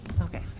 Okay